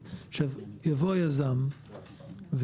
יבוא היזם,